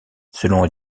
selon